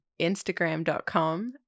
Instagram.com